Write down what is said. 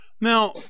Now